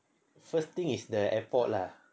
first thing is the airport lah